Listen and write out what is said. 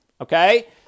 okay